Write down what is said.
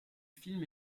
film